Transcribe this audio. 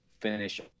finish